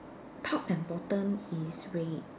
top and bottom is red